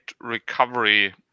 recovery